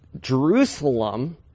Jerusalem